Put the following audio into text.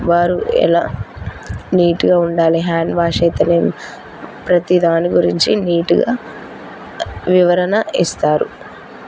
వారు ఎలా నీట్గా ఉండాలి హ్యాండ్ వాష్ అయితేనే ప్రతీ దాని గురించి నీటుగా వివరణ ఇస్తారు